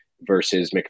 versus